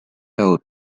out